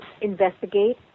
investigate